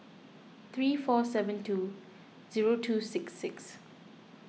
three four seven two zero two six six